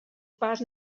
pas